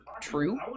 true